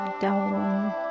down